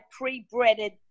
pre-breaded